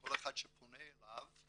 וכל אחד שפונה אליו,